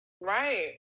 Right